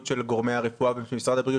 של גורמי הרפואה במשרד הבריאות.